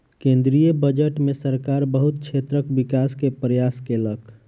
केंद्रीय बजट में सरकार बहुत क्षेत्रक विकास के प्रयास केलक